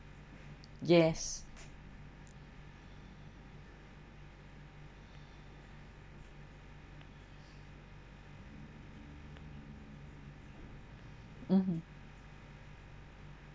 yes mm hmm